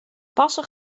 passer